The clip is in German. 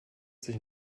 sich